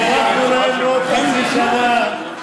הארכנו להם בעוד חצי שנה.